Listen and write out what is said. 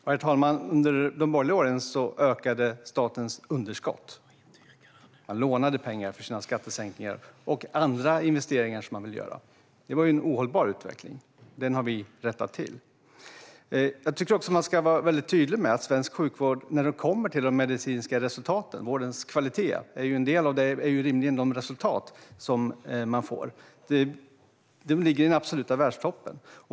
Herr talman! Under de borgerliga åren ökade statens underskott. Man lånade pengar för sina skattesänkningar och andra investeringar som man ville göra. Det var en ohållbar utveckling. Den har vi rättat till. Jag tycker att man ska vara mycket tydlig med att svensk sjukvård när det kommer till de medicinska resultaten - en del av vårdens kvalitet är rimligen de resultat som man får - ligger i den absoluta världstoppen.